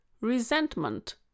resentment